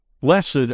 Blessed